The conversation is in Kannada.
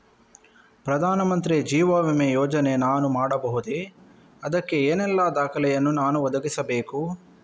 ಪ್ರಧಾನ ಮಂತ್ರಿ ಜೀವ ವಿಮೆ ಯೋಜನೆ ನಾನು ಮಾಡಬಹುದೇ, ಅದಕ್ಕೆ ಏನೆಲ್ಲ ದಾಖಲೆ ಯನ್ನು ನಾನು ಒದಗಿಸಬೇಕು?